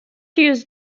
use